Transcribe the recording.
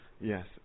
Yes